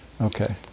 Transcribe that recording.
Okay